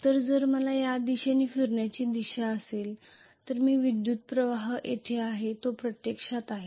तर जर मला या दिशेने फिरण्याची दिशा असेल तर मी विद्युत् प्रवाह येत आहे जो प्रत्यक्षात येत आहे